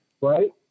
right